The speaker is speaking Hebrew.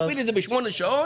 תכפיל את זה בשמונה שעות,